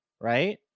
right